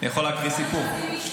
אני יכול להקריא סיפור.